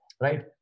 Right